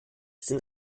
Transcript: sind